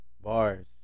Bars